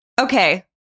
Okay